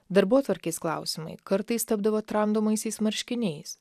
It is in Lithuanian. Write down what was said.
darbotvarkės klausimai kartais tapdavo tramdomaisiais marškiniais